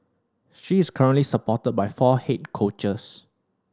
she is currently supported by four head coaches